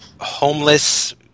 homeless